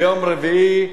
ליום רביעי,